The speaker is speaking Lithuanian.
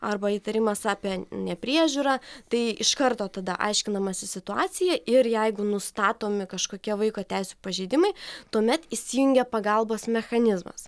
arba įtarimas apie nepriežiūrą tai iš karto tada aiškinamasi situacija ir jeigu nustatomi kažkokie vaiko teisių pažeidimai tuomet įsijungia pagalbos mechanizmas